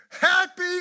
Happy